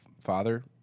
father